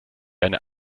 eine